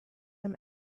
him